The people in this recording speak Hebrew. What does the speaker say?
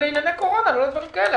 לענייני קורונה, לא לדברים כאלה.